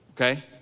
okay